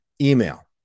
email